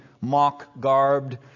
mock-garbed